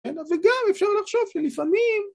‫כן? אז... וגם אפשר לחשוב, שלפעמים...